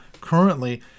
currently